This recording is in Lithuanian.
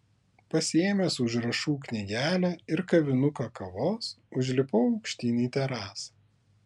pasiėmęs užrašų knygelę ir kavinuką kavos užlipau aukštyn į terasą